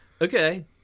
okay